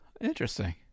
Interesting